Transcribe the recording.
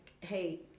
hey